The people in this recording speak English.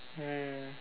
mm